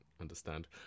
understand